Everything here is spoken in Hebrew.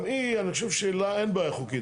גם היא, אני חושב שלה אין בעיה חוקית.